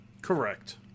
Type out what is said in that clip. correct